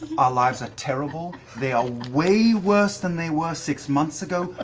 our lives are terrible. they are way worse than they were six months ago,